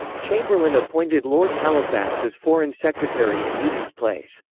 chamberlain appointed lord halifax as foreign secretary in eden's place.